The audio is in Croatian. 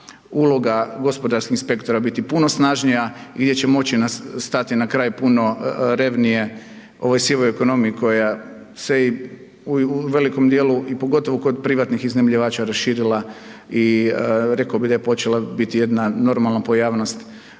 uloga gospodarskih inspektora biti puno snažnija i gdje će moći stati na kraj puno revnije ovoj sivoj ekonomiji koja se i u velikom dijelu i pogotovo kod privatnih iznajmljivača raširila i rekao bi da je počela biti jedna normalna pojavnost